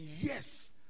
yes